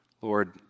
Lord